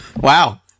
Wow